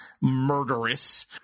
murderous